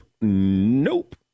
nope